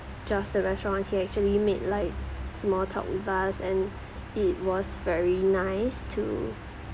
just the restaurant he actually made like small talk with us and it was very nice to